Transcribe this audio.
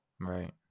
Right